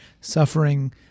suffering